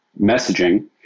messaging